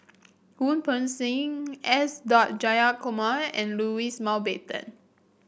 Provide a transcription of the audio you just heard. Wu Peng Seng S dot Jayakumar and Louis Mountbatten